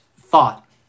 thought